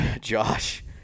Josh –